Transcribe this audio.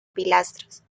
pilastras